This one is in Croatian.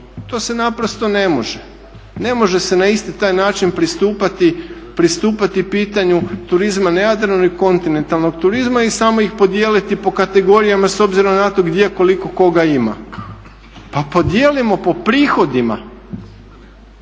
To se naprosto ne može. Ne može se na isti taj način pristupati pitanju turizma na Jadranu i kontinentalnog turizma i samo ih podijeliti po kategorijama s obzirom na to gdje koliko koga ima. Pa podijelimo po prihodima,